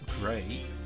great